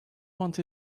want